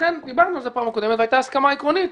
דיברנו על זה בפעם הקודמת והייתה הסכמה עקרונית,